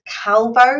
Calvo